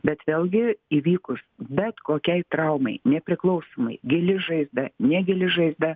bet vėlgi įvykus bet kokiai traumai nepriklausomai gili žaizda negili žaizda